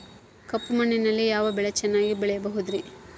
ಕಪ್ಪು ಮಣ್ಣಿನಲ್ಲಿ ಯಾವ ಬೆಳೆ ಚೆನ್ನಾಗಿ ಬೆಳೆಯಬಹುದ್ರಿ?